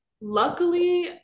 Luckily